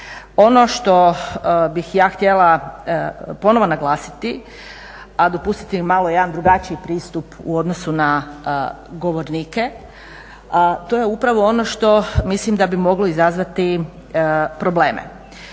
Ono što bih ja htjela ponovo naglasiti, a dopustite mi malo jedan drugačiji pristup u odnosu na govornike, a to je upravo ono što mislim da bi moglo izazvati probleme.